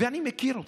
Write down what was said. ואני מכיר אתכם.